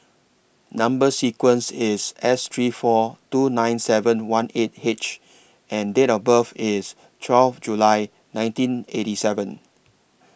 Number sequence IS S three four two nine seven one eight H and Date of birth IS twelve July nineteen eighty seven